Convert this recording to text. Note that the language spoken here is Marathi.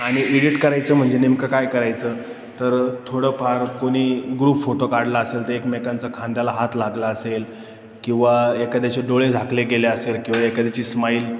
आणि एडिट करायचं म्हणजे नेमकं काय करायचं तर थोडंफार कोणी ग्रुप फोटो काढला असेल तर एकमेकांचा खांद्याला हात लागला असेल किंवा एखाद्याचे डोळे झाकले गेले असेल किंवा एखाद्याची स्माईल